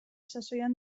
sasoian